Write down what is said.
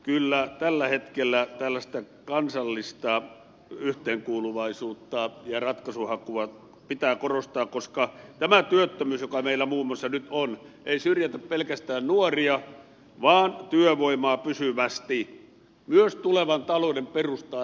kyllä tällä hetkellä tällaista kansallista yhteenkuuluvaisuutta ja ratkaisun hakua pitää korostaa koska tämä työttömyys joka meillä muun muassa nyt on ei syrjäytä pelkästään nuoria vaan työvoimaa pysyvästi myös tulevan talouden perustaa rakentavalla tavalla